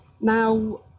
Now